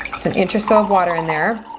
it's an interesting water in there.